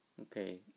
okay